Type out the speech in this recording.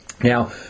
Now